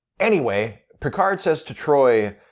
anyway, picard says to troi,